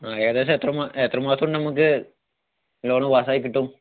ഏകദേശം എത്ര മാസം എത്ര മാസം നമുക്ക് ലോണ് പാസ്സ് ആയികിട്ടും